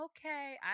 okay